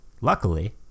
luckily